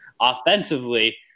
Offensively